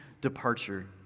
departure